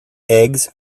eggs